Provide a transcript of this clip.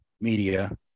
media